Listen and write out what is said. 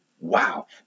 wow